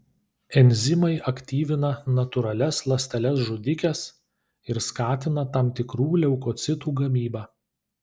enzimai aktyvina natūralias ląsteles žudikes ir skatina tam tikrų leukocitų gamybą